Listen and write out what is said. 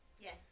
Yes